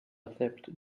accept